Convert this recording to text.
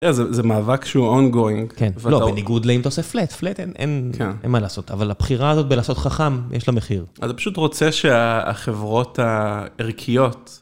זה מאבק שהוא ongoing. כן, לא, בניגוד לאם אתה עושה flat, flat אין מה לעשות, אבל הבחירה הזאת בלעשות חכם, יש לה מחיר. אז הוא פשוט רוצה שהחברות הערכיות,